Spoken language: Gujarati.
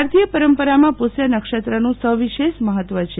ભારતીય પરંપરામાં પુષ્ય નક્ષત્રનું સવિશેષ મહત્વ છે